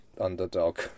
underdog